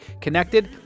connected